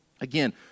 Again